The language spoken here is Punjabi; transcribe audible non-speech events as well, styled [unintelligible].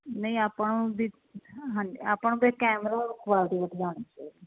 ਨਹੀਂ ਆਪਾਂ ਨੂੰ ਕੋਈ ਕੈਮਰਾ [unintelligible]